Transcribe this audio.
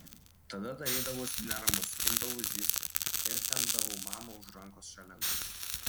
tada darydavausi neramus imdavau zyzti ir tempdavau mamą už rankos šalin